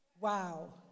Wow